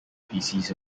species